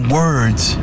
words